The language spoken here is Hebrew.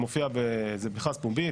זה מכרז פומבי,